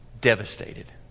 Devastated